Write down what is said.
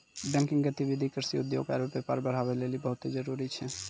banking गतिविधि कृषि, उद्योग आरु व्यापार बढ़ाबै लेली बहुते जरुरी छै